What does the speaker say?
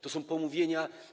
To są pomówienia.